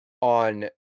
on